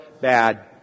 bad